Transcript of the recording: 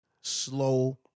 slow